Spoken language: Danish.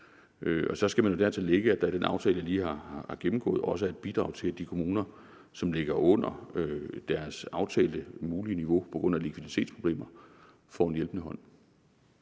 Og så skal man dertil lægge, at der i den aftale, jeg lige har gennemgået, også er et bidrag til, at de kommuner, som ligger under deres aftalte mulige niveau på grund af likviditetsproblemer, får en hjælpende hånd.